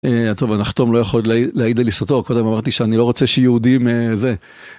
טוב, הנחתום לא יכול להעיד על עיסתו, קודם אמרתי שאני לא רוצה שיהודים זה.